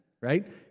right